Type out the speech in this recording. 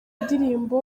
indirimbo